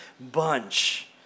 bunch